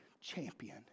champion